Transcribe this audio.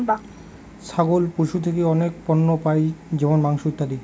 ছাগল পশু থেকে অনেক পণ্য পাই যেমন মাংস, ইত্যাদি